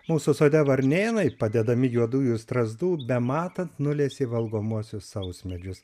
mūsų sode varnėnai padedami juodųjų strazdų bematant nulesė valgomuosius sausmedžius